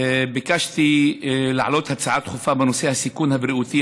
ביקשתי להעלות הצעה דחופה בנושא הסיכון הבריאותי